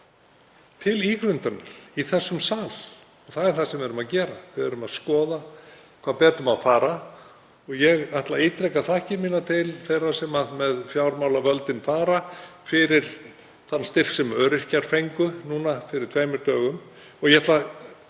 til ígrundunar í þessum sal. Og það er það sem við erum að gera. Við erum að skoða hvað betur má fara. Ég ætla að ítreka þakkir mínar til þeirra sem með fjármálavöldin fara fyrir þann styrk sem öryrkjar fengu núna fyrir tveimur dögum og ég ætla